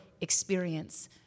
experience